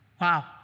Wow